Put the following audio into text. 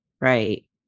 right